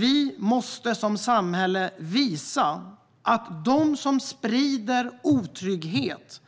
Vi måste som samhälle visa att de som sprider otrygghet